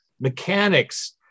mechanics